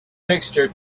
mixture